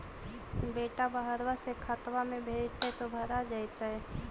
बेटा बहरबा से खतबा में भेजते तो भरा जैतय?